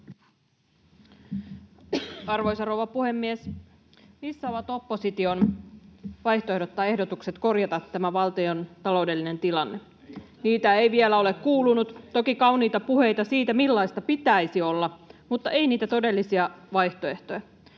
Arvoisa rouva puhemies! Missä ovat opposition vaihtoehdot tai ehdotukset korjata tämä valtion taloudellinen tilanne? Niitä ei vielä ole kuulunut, toki kauniita puheita siitä, millaista pitäisi olla, mutta ei niitä todellisia vaihtoehtoja.